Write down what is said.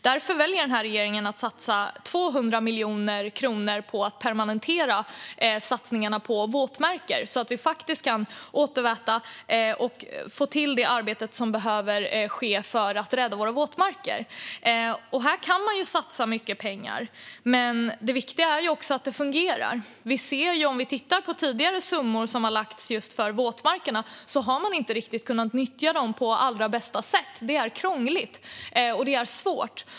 Därför väljer regeringen att satsa 200 miljoner kronor på att permanenta satsningarna på våtmarker, så att vi kan återväta och få till det arbete som behöver ske för att vi ska rädda våra våtmarker. Här kan man satsa mycket pengar, men det viktiga är ju att det fungerar. Om vi tittar på tidigare summor som har lagts för våtmarkerna ser vi att man inte riktigt har kunnat nyttja dem på allra bästa sätt. Det är krångligt och svårt.